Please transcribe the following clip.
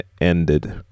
ended